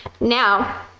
Now